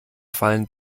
fallen